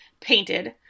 painted